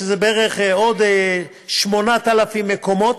שזה בערך עוד 8,000 מקומות,